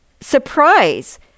surprise